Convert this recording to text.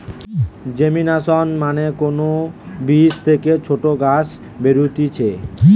germination মানে কোন বীজ থেকে ছোট গাছ বেরুতিছে